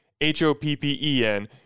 H-O-P-P-E-N